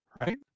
Right